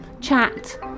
chat